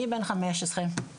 אני בן חמש עשרה,